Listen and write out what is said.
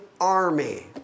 army